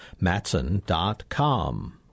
Matson.com